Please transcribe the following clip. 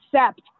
accept